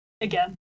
again